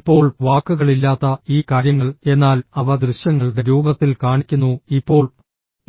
ഇപ്പോൾ വാക്കുകളില്ലാത്ത ഈ കാര്യങ്ങൾ എന്നാൽ അവ ദൃശ്യങ്ങളുടെ രൂപത്തിൽ കാണിക്കുന്നു ഇപ്പോൾ